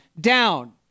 down